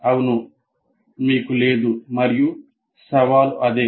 అవును మీకు లేదు మరియు సవాలు అదే